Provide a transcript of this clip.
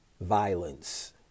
violence